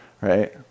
Right